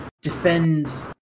Defend